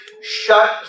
shut